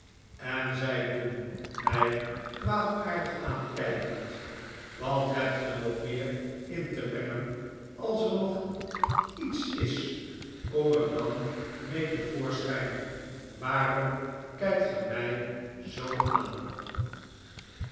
en zei toen mij kwaadaardig aankijkend wat hebt ge nog meer in te brengen als er nog iets is kom er dan mee te voorschijn waarom kijkt ge mij zoo aan